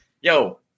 Yo